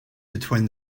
between